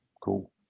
Cool